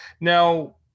Now